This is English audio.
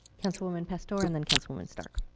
councilwoman pastor and then councilwoman stark.